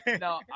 No